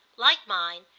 like mine,